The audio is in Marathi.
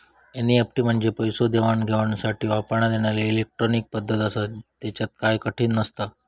एनईएफटी म्हंजे पैसो देवघेवसाठी वापरण्यात येणारी इलेट्रॉनिक पद्धत आसा, त्येच्यात काय कठीण नसता